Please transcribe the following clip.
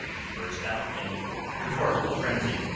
he burst out in rhetorical frenzy.